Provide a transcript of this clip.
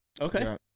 Okay